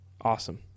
awesome